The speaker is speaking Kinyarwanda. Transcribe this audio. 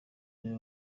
niwe